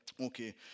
Okay